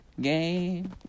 game